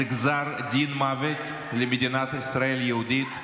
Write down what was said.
זה גזר דין מוות למדינת ישראל יהודית,